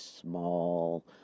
small